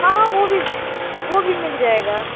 हाँ हाँ वो भी वो भी मिल जाएगा